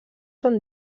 són